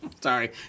Sorry